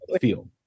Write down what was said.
feel